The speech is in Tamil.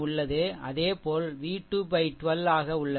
அதேபோல் V212 ஆக உள்ளது